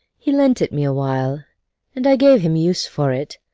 he lent it me awhile and i gave him use for it,